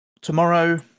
Tomorrow